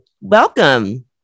Welcome